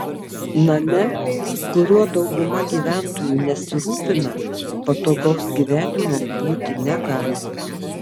name kuriuo dauguma gyventojų nesirūpina patogaus gyvenimo būti negali